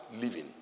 living